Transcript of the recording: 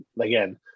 again